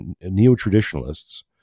neo-traditionalists